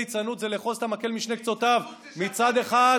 ליצנות זה לאחוז את המקל בשני קצותיו: מצד אחד,